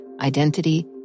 identity